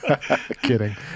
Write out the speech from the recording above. Kidding